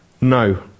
no